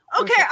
okay